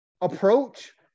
approach